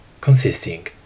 consisting